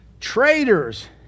Traitors